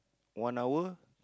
one hour